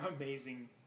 amazing